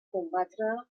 combatre